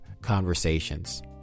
conversations